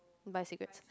buy cigarettes